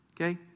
Okay